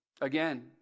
Again